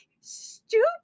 stupid